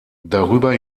darüber